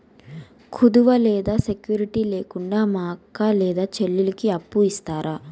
కుదువ లేదా సెక్యూరిటి లేకుండా మా అక్క లేదా చెల్లికి అప్పు ఇస్తారా?